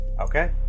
Okay